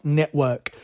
network